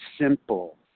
simple